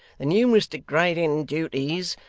the numerous degrading duties,